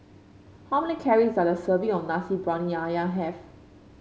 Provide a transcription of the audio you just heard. how many calories does a serving of Nasi Briyani ayam have